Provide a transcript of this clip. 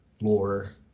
lore